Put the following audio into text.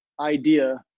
idea